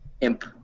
imp